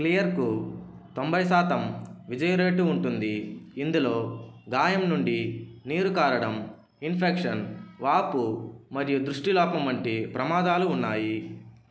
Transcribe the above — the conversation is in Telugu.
క్లియర్కు తొంభై శాతం విజయ రేటు ఉంటుంది ఇందులో గాయం నుండి నీరు కారడం ఇన్ఫెక్షన్ వాపు మరియు దృష్టి లోపం వంటి ప్రమాదాలు ఉన్నాయి